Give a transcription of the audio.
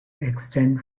extend